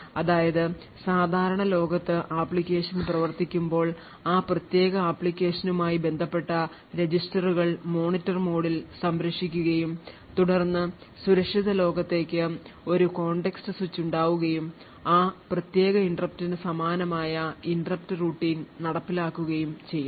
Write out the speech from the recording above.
അതായത് സാധാരണ ലോകത്ത് ആപ്ലിക്കേഷൻ പ്രവർത്തിക്കുമ്പോൾ ആ പ്രത്യേക ആപ്ലിക്കേഷനുമായി ബന്ധപ്പെട്ട രജിസ്റ്ററുകൾ മോണിറ്റർ മോഡിൽ സംരക്ഷിക്കുകയും തുടർന്ന് സുരക്ഷിത ലോകത്തേക്ക് ഒരു context സ്വിച്ച് ഉണ്ടാവുകയും ആ പ്രത്യേക interrupt ന് സമാനമായ interrupt routine നടപ്പിലാക്കുകയും ചെയ്യുന്നു